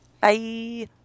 Bye